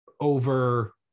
over